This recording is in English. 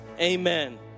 amen